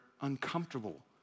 uncomfortable